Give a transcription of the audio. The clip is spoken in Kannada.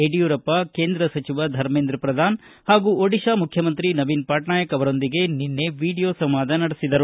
ಯಡಿಯೂರಪ್ಪ ಕೇಂದ್ರ ಸಚಿವ ಧರ್ಮೇಂದ್ರ ಪ್ರಧಾನ್ ಹಾಗೂ ಓಡಿಶಾ ಮುಖ್ಯಮಂತ್ರಿ ನವೀನ್ ಪಟ್ನಾಯಕ್ ಅವರೊಂದಿಗೆ ವಿಡಿಯೋ ಸಂವಾದ ನಡೆಸಿದರು